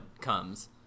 comes